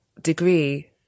degree